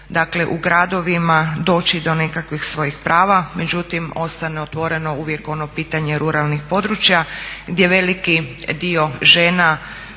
u gradovima doći do nekakvih svojih prava. Međutim, ostane otvoreno uvijek ono pitanje ruralnih područja, gdje veliki dio žena,